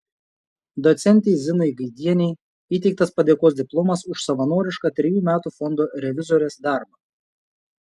docentei zinai gaidienei įteiktas padėkos diplomas už savanorišką trejų metų fondo revizorės darbą